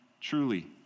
truly